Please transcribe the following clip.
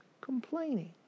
complaining